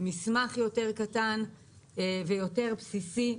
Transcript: על מסמך יותר קטן ויותר בסיסי,